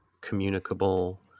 communicable